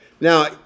Now